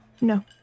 No